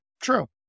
true